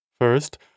First